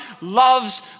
loves